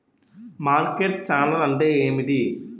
Market channel అంటే ఏమిటి?